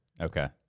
Okay